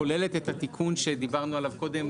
כוללת את התיקון שדיברנו עליו קודם,